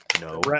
No